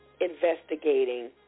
investigating